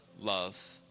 Love